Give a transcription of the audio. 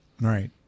Right